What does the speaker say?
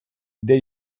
der